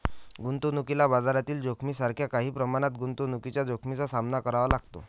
गुंतवणुकीला बाजारातील जोखमीसारख्या काही प्रमाणात गुंतवणुकीच्या जोखमीचा सामना करावा लागतो